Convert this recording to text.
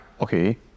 okay